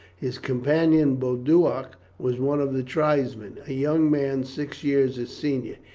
his companion, boduoc, was one of the tribesmen, a young man six years his senior.